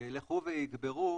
יילכו ויגברו